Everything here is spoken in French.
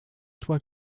toi